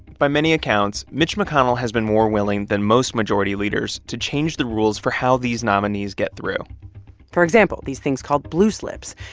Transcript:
by many accounts, mitch mcconnell has been more willing than most majority leaders to change the rules for how these nominees get through for example, these things called blue slips,